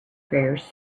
prayers